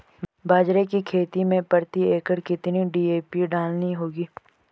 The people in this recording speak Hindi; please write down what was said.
बाजरे की खेती में प्रति एकड़ कितनी डी.ए.पी डालनी होगी?